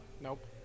Nope